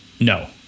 No